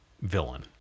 villain